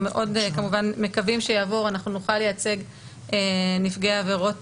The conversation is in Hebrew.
כמובן מקווים מאוד שיעבור נוכל לייצג נפגעי עבירות